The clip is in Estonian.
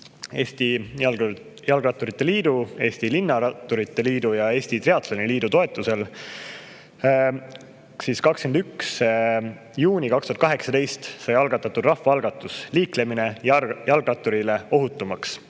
Eesti Jalgratturite Liidu, Eesti Linnaratturite Liidu ja Eesti Triatloni Liidu toetusel sai 21. juunil 2018 algatatud rahvaalgatus "Liiklemine jalgratturitele ohutumaks".